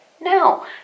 No